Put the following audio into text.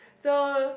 so